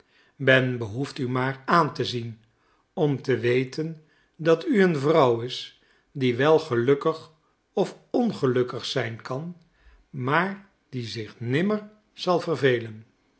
men behoeft u maar aan te zien om te weten dat u een vrouw is die wel gelukkig of ongelukkig zijn kan maar die zich nimmer zal vervelen